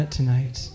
tonight